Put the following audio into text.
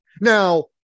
Now